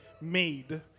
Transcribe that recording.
made